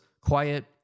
quiet